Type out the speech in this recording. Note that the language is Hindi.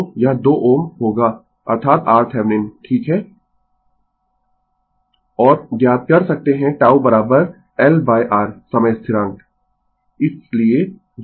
तो यह 2 Ω होगा अर्थात RThevenin ठीक है और ज्ञात कर सकते है τ LR समय स्थिरांक